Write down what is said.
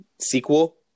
sequel